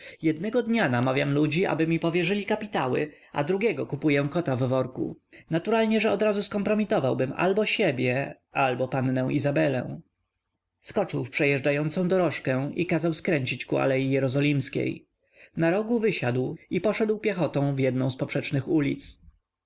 jednego dnia namawiam ludzi aby mi powierzyli kapitały a drugiego kupuję kota w worku naturalnie że odrazu skompromitowałbym albo siebie albo pannę izabelę skoczył w przejeżdżającą dorożkę i kazał skręcić ku alei jerozolimskiej na rogu wysiadł i poszedł piechotą w jednę z poprzecznych ulic